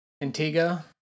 Antigua